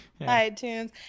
iTunes